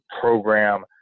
program